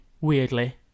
weirdly